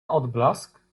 odblask